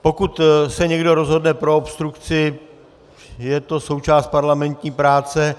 Pokud se někdo rozhodne pro obstrukci, je to součást parlamentní práce.